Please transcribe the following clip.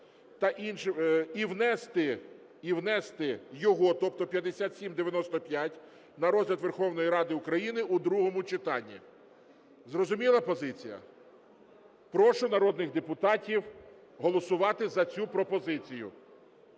І внести його, тобто 5795, на розгляд Верховної Ради України в другому читанні. Зрозуміла позиція? Прошу народних депутатів голосувати за цю пропозицію.